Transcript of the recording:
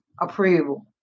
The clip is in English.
approval